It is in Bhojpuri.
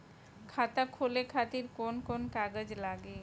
खाता खोले खातिर कौन कौन कागज लागी?